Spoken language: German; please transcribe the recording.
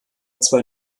zwar